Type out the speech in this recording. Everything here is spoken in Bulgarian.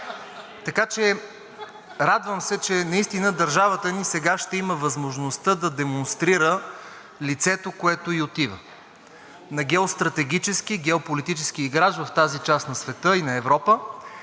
Така че радвам се наистина, че държавата ни сега ще има възможността да демонстрира лицето, което ѝ отива – на геополитически, геостратегически играч в тази част на света и на Европа,